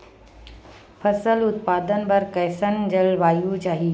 फसल उत्पादन बर कैसन जलवायु चाही?